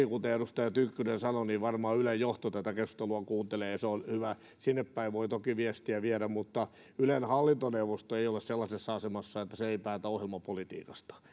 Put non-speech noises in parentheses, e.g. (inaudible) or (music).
(unintelligible) kuten edustaja tynkkynen sanoi niin toki ylen johto tätä keskustelua varmaan kuuntelee ja se on hyvä sinnepäin voi toki viestiä viedä mutta haluaisin tässä tuoda esille sen että ylen hallintoneuvosto ei ole sellaisessa asemassa että se päättää ohjelmapolitiikasta